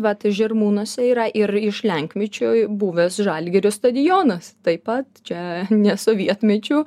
vat žirmūnuose yra ir iš lenkmečiui buvęs žalgirio stadionas taip pat čia ne sovietmečiu